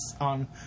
on